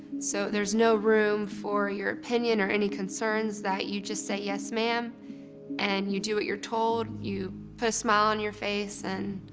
so there's no room for your opinion or any concerns, that you just say yes ma'am and you do what you're told. you put a smile on your face, and